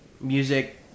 music